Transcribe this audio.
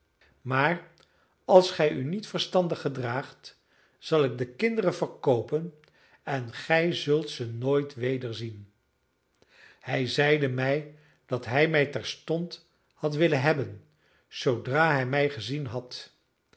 maar als gij u niet verstandig gedraagt zal ik de kinderen verkoopen en gij zult ze nooit wederzien hij zeide mij dat hij mij terstond had willen hebben zoodra hij mij gezien had